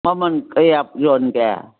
ꯃꯃꯟ ꯀꯌꯥ ꯌꯣꯟꯕꯒꯦ